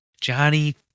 Johnny